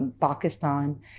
Pakistan